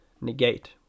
negate